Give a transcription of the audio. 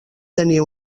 tenir